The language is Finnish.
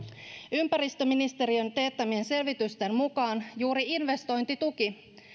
ympäristöministeriön teettämien selvitysten mukaan juuri investointituki